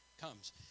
comes